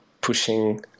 pushing